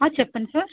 చెప్పండి సార్